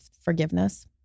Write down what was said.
forgiveness